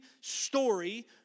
story